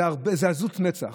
זו עזות מצח.